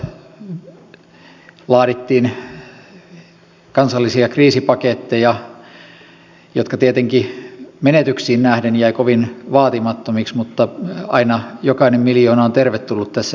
eussa laadittiin kansallisia kriisipaketteja jotka tietenkin menetyksiin nähden jäivät kovin vaatimattomiksi mutta aina jokainen miljoona on tervetullut tässä tilanteessa